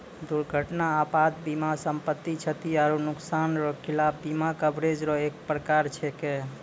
दुर्घटना आपात बीमा सम्पति, क्षति आरो नुकसान रो खिलाफ बीमा कवरेज रो एक परकार छैकै